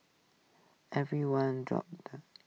everyone dropped the